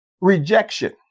rejection